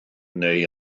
neu